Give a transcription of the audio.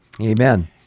amen